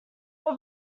were